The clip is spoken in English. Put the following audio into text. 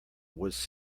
was